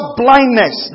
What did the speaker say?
blindness